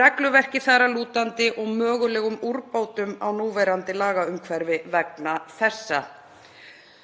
regluverki þar að lútandi og mögulegum úrbótum á núverandi lagaumhverfi vegna þessa.